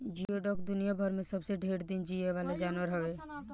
जियोडक दुनियाभर में सबसे ढेर दिन जीये वाला जानवर हवे